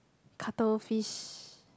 cuttlefish